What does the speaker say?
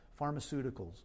pharmaceuticals